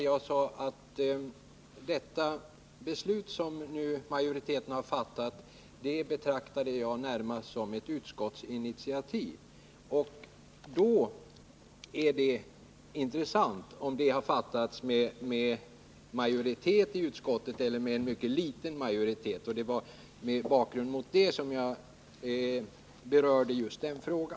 Jag sade att det beslut som utskottet fattat betraktar jag närmast som ett utskottsinitiativ, och då är det intressant om det har fattats med stor majoritet eller med en mycket liten majoritet. Det är bakgrunden till att jag berörde just den frågan.